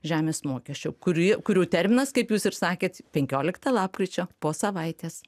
žemės mokesčio kurį kurių terminas kaip jūs ir sakėt penkiolikta lapkričio po savaitės